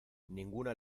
ninguna